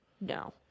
No